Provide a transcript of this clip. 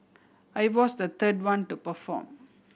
I was the third one to perform